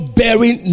bearing